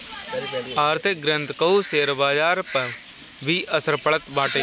आर्थिक ग्रोथ कअ शेयर बाजार पअ भी असर पड़त बाटे